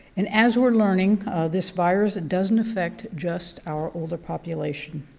and as we're learning this virus, it doesn't affect just our older population.